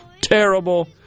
terrible